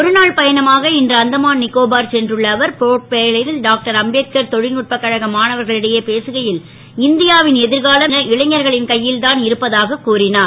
ஒருநாள் பயணமாக இன்று அந்தமான் க்கோபார் சென்றுள்ள அவர் போர்ட் பிளேரில் டாக்டர் அம்பேத்கார் தொ ல்நுட்பக் கழக மாணவர்களிடையே பேசுகை ல் இந் யாவின் எ ர்காலம் இளைஞர்களின் கை ல் தான் இருப்பதாக கூறினார்